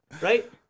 right